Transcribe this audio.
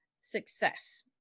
success